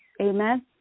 Amen